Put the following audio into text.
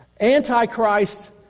Antichrist